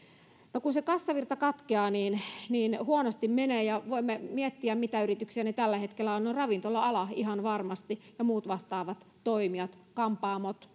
no kun se kassavirta katkeaa niin niin huonosti menee voimme miettiä mitä yrityksiä ne tällä hetkellä ovat ravintola ala ihan varmasti ja muut vastaavat toimijat kampaamoita